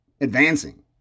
advancing